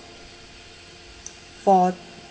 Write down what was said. for